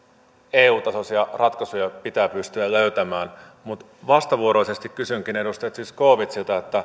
eu tasoisia ratkaisuja pitää pystyä löytämään mutta vastavuoroisesti kysynkin edustaja zyskowiczilta